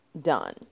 done